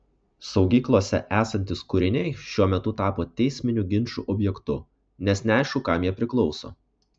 saugyklose esantys kūriniai šiuo metu tapo teisminių ginčų objektu nes neaišku kam jie priklauso